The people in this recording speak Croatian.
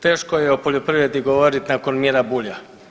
Teško je o poljoprivredi govorit nakon Mira Bulja.